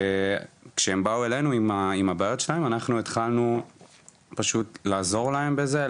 וכשהם באו אלינו עם הבעיות שלהם אנחנו התחלנו פשוט לעזור להם בזה,